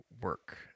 work